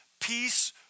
peace